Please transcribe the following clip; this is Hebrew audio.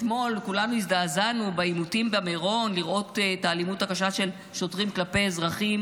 אתמול כולנו הזדעזענו לראות את האלימות הקשה של שוטרים כלפי אזרחים